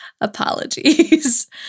apologies